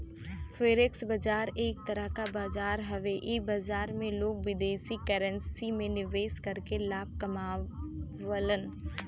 forex बाजार एक तरह क बाजार हउवे इ बाजार में लोग विदेशी करेंसी में निवेश करके लाभ कमावलन